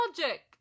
logic